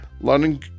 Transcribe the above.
London